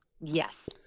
Yes